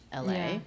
la